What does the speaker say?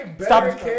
stop